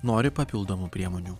nori papildomų priemonių